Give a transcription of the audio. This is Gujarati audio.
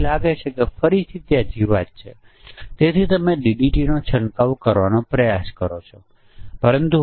અન્યથા આપણે અહીં આ કિંમતોને થોડુંક ગોઠવીએ છીએ